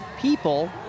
people